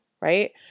right